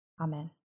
Amen